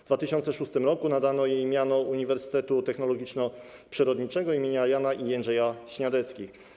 W 2006 r. nadano jej miano Uniwersytetu Technologiczno-Przyrodniczego im. Jana i Jędrzeja Śniadeckich.